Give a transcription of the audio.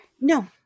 No